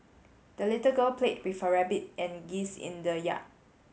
the little girl played with her rabbit and geese in the yard